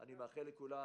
אני מאחל לכולם